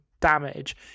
damage